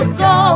go